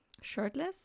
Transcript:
shirtless